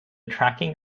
tracking